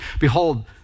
Behold